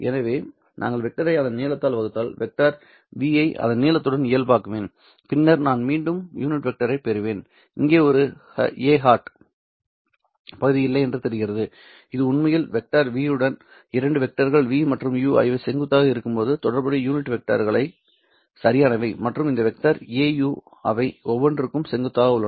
எனவே நான் வெக்டரை அதன் நீளத்தால் வகுத்தால் வெக்டர் v ஐ அதன் நீளத்துடன் இயல்பாக்குவேன் பின்னர் நான் மீண்டும் யூனிட் வெக்டரைப் பெறுவேன் இங்கே ஒரு ஹேட் பகுதி இல்லை என்று தெரிகிறது இது உண்மையில் வெக்டர் v உடன் இரண்டு வெக்டர்கள் v மற்றும் u ஆகியவை செங்குத்தாக இருக்கும்போது தொடர்புடைய யூனிட் வெக்டர்கள் சரியானவை மற்றும் இந்த வெக்டர் au அவை ஒவ்வொன்றிற்கும் செங்குத்தாக உள்ளன